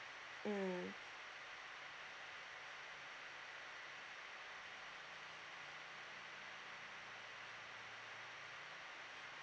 mm